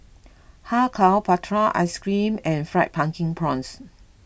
Kar Kow Prata Ice Cream and Fried Pumpkin Prawns